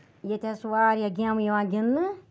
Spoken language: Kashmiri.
ییٚتہِ حظ چھِ واریاہ گیمہٕ یِوان گِندنہٕ